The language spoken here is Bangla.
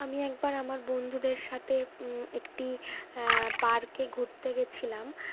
আমি একবার আমার বন্ধুদের সাথে একটি পার্কে ঘুরতে গিয়েছিলাম